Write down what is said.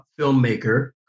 filmmaker